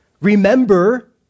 Remember